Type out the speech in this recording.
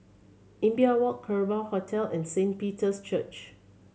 Imbiah Walk Kerbau Hotel and Saint Peter's Church